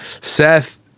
seth